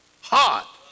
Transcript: hot